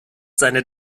seine